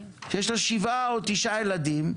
יש לה שבעה או תשעה ילדים,